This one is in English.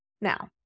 Now